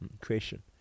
creation